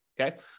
okay